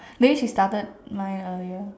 maybe she started nine a year